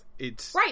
Right